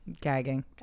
gagging